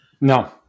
No